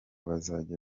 bazajya